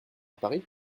paris